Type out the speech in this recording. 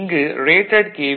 இங்கு rated K